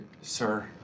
sir